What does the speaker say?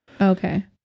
Okay